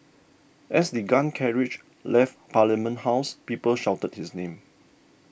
as the gun carriage left Parliament House people shouted his name